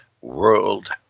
world